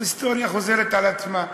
ההיסטוריה חוזרת על עצמה.